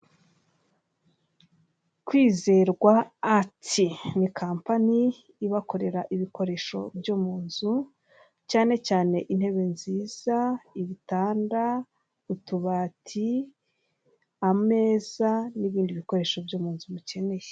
Kwizerwa atsi, ni kampani ibakorera ibikoresho byo mu nzu, cyane cyane intebe nziza ibitanda. utubati, ameza n'ibindi bikoresho byo mu nzu mukeneye.